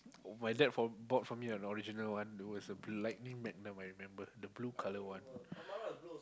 my dad for bought for me an original one it was a Lighting Magnum I remember the blue colour one